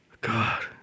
God